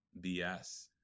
BS